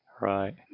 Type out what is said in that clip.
Right